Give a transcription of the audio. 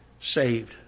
saved